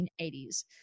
1980s